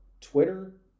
Twitter